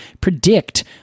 predict